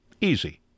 Easy